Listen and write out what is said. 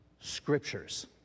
scriptures